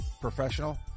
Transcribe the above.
professional